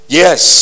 yes